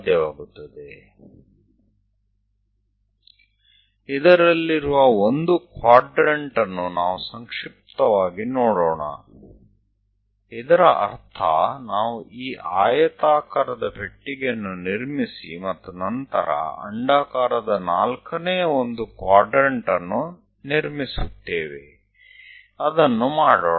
ચાલો આ એક ચતુર્થાંશ ભાગ તરફ સંક્ષિપ્તમાં નજર કરીએ એનો અર્થ એમ કે આપણે આ લંબચોરસ ખોખું દોરીશું પછી એક ઉપવલયનો એક ચતુર્થાંશ ભાગ રચીશું